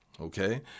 okay